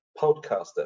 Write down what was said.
podcaster